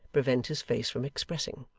prevent his face from expressing.